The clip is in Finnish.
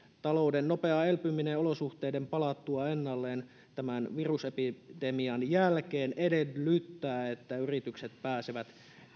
talouden nopea elpyminen olosuhteiden palattua ennalleen tämän virusepidemian jälkeen edellyttää että yritykset pääsevät